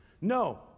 no